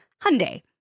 Hyundai